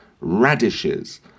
radishes